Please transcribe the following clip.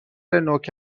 نوک